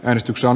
äänestyksen